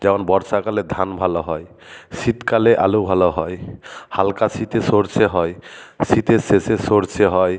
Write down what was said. যেমন বর্ষাকালে ধান ভালো হয় শীতকালে আলু ভালো হয় হালকা শীতে সরষে হয় শীতের শেষে সরষে হয়